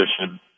position